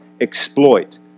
exploit